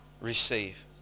receive